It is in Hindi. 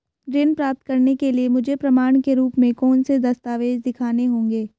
ऋण प्राप्त करने के लिए मुझे प्रमाण के रूप में कौन से दस्तावेज़ दिखाने होंगे?